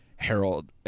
Harold